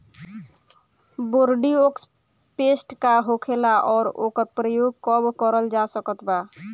Bordeaux paste का होखेला और ओकर प्रयोग कब करल जा सकत बा?